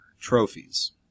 trophies